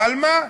אבל מה?